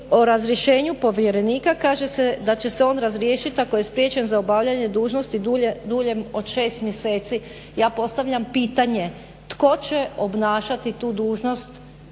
o razrješenju povjerenika, kaže se da će se on razriješit ako je spriječen za obavljanje dužnosti duljem od 6 mjeseci. Ja postavljam pitanje tko će obnašati tu dužnost